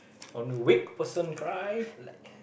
only weak person cry like